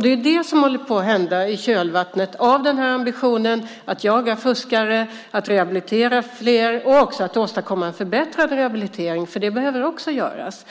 Det är det som håller på att hända i kölvattnet av ambitionen att jaga fuskare och att rehabilitera fler, och också att åstadkomma en förbättrad rehabilitering, vilket också behöver göras.